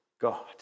God